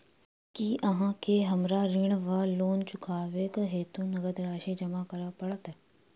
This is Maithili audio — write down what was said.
की अहाँ केँ हमरा ऋण वा लोन चुकेबाक हेतु नगद राशि जमा करऽ पड़त?